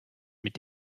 mit